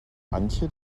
antje